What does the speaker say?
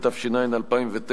התש"ע 2009,